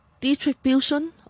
distribution